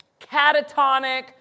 catatonic